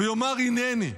ויאמר: הינני,